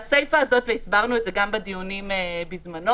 והסיפה הזאת, והסברנו את זה גם בדיונים בזמנו